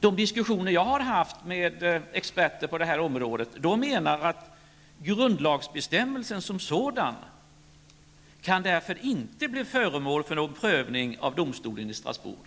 De experter på detta område som jag har diskuterat med anser att grundlagsbestämmelsen som sådan inte kan bli föremål för någon prövning av domstolen i Strasbourg.